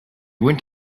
went